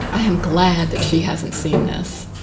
i am glad that she hasn't seen this.